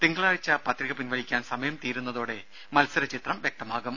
തിങ്കളാഴ്ച പത്രിക പിൻവലിക്കാൻ സമയം തീരുന്നതോടെ മത്സര ചിത്രം വ്യക്തമാകും